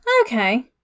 Okay